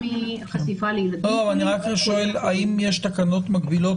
מחשיפה לילדים --- האם יש תקנות מקבילות?